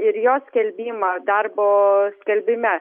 ir jos skelbimą darbo skelbime